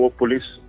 police